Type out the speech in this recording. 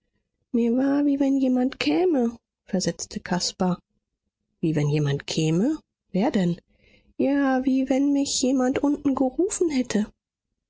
mir war wie wenn jemand käme versetzte caspar wie wenn jemand käme wer denn ja wie wenn mich jemand unten gerufen hätte